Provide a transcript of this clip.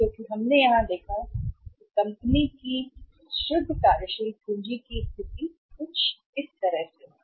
क्योंकि हमने यहां देखा है कि कंपनी की शुद्ध कार्यशील पूंजी की स्थिति यहाँ कुछ इस तरह है